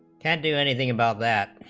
can do anything about that